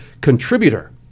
contributor